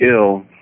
ill